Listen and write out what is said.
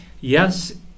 Yes